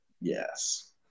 Yes